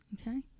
Okay